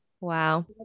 Wow